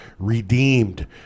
redeemed